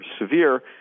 severe